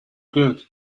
good